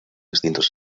distintos